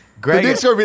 Great